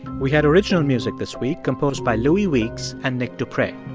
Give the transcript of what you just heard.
we had original music this week composed by louis weeks and nick dupre